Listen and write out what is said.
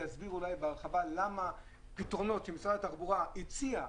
יסביר בהרחבה למה פתרונות שמשרד התחבורה הציע,